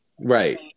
Right